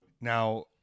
Now